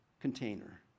container